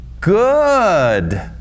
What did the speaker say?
Good